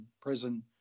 prison